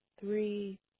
three